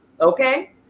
okay